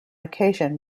occasion